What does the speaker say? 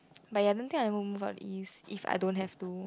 but ya I don't think I would ever move out of East if I don't have to